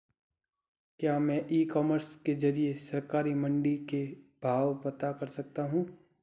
क्या मैं e commerce के ज़रिए सरकारी मंडी के भाव पता कर सकता हूँ?